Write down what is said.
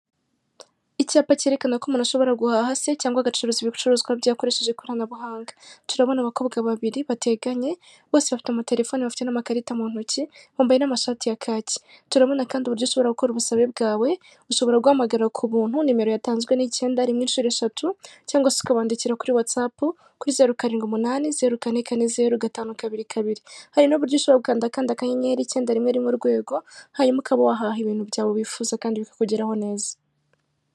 Icyapa cyerekana ko umuntu ashobora guhaha se cyangwa agacuruza ibicuruzwa byakoresheje ikoranabuhanga, turabona abakobwa babiri bateganye bose bafite amatelefoni bafite n'amakarita mu ntoki bambaye n'amashati ya kaki, turabona kandi uburyo ushobora gukora ubusabe bwawe. Ushobora guhamagara ku buntu nimero yatanzwe ni icyenda rimwe inshuro eshatu cyangwa se ukabandikira kuri watsapu kuri zeru karindwi umunani zeru kane kane zeru gatanu kabiri kabiri, hari n'uburyo ushobora gukanda kandi akanyenyeri icyenda rimwe rimwe urwego hanyuma ukaba wahaha ibintu byawe wifuza kandi bikakugeraho neza.